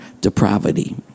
depravity